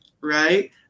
right